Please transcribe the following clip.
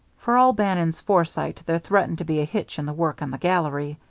for all bannon's foresight, there threatened to be a hitch in the work on the gallery.